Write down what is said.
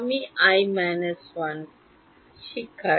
আমি i 1